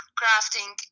crafting